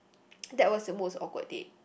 that was the most awkward date